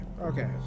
Okay